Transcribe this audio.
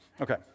Okay